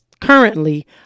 currently